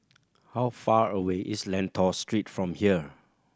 how far away is Lentor Street from here